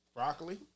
Broccoli